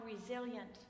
resilient